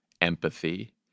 empathy